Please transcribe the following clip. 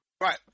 Right